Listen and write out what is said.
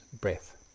breath